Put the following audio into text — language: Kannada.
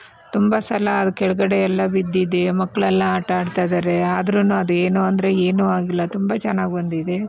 ತುಂಬ ಸಲ ಅದು ಕೆಳಗಡೆಯೆಲ್ಲ ಬಿದ್ದಿದೆ ಮಕ್ಕಳೆಲ್ಲ ಆಟಾಡ್ತಿದ್ದಾರೆ ಆದ್ರುನೂ ಅದೇನು ಅಂದರೆ ಏನೂ ಆಗ್ಲಿಲ್ಲ ತುಂಬ ಚೆನ್ನಾಗಿ ಬಂದಿದೆ